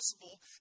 possible